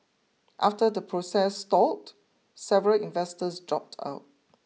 after the process stalled several investors dropped out